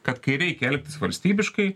kad kai reikia elgtis valstybiškai